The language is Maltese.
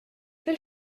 fil